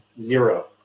zero